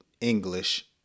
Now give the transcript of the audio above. English